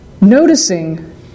noticing